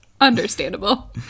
Understandable